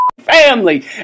family